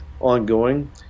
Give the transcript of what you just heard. ongoing